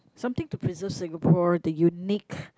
something to preserve Singapore the unique~